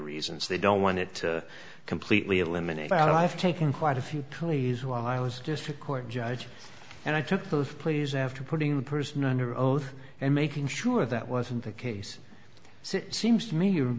reasons they don't want it to completely eliminate and i've taken quite a few counties while i was just a court judge and i took those please after putting the person under oath and making sure that wasn't the case so it seems to me you're